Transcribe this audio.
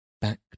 back